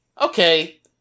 okay